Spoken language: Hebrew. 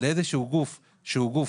או של איזה שהוא גוף שהוא גוף-על,